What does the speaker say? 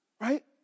right